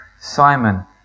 Simon